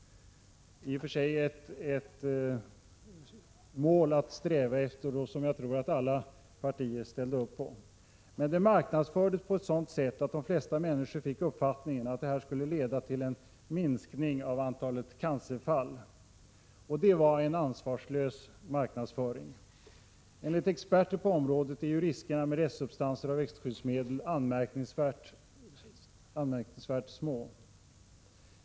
I och för sig var det ett mål att sträva efter som jag tror att alla partier ställde upp på. Det marknadsfördes dock på ett sådant sätt att de flesta människor fick uppfattningen att detta skulle leda till en minskning av antalet cancerfall. Det var en ansvarslös marknadsföring. Enligt experter på området är riskerna med restsubstanser av växtskyddsmedel anmärkningsvärt små.